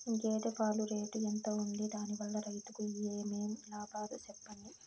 గేదె పాలు రేటు ఎంత వుంది? దాని వల్ల రైతుకు ఏమేం లాభాలు సెప్పండి?